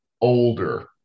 Older